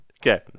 Okay